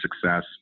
success